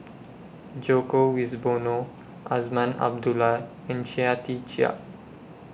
Djoko Wibisono Azman Abdullah and Chia Tee Chiak